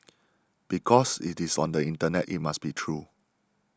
because it is on the internet it must be true